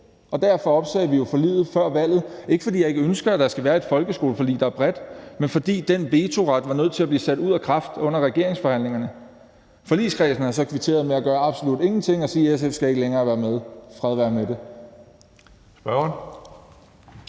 Derfor opsagde vi jo forliget før valget. Det er ikke, fordi jeg ikke ønsker, at der skal være et bredt folkeskoleforlig, men fordi den vetoret var nødt til at blive sat ud af kraft under regeringsforhandlingerne. Forligskredsen har så kvitteret med at gøre absolut ingenting og sige, at SF ikke længere skal være med. Fred være med det. Kl.